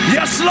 Yes